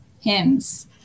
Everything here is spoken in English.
hymns